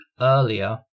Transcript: earlier